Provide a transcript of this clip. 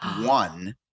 one